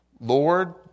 Lord